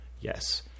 Yes